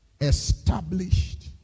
established